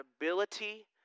ability